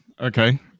Okay